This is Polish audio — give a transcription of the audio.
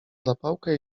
zapałkę